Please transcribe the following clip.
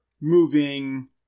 moving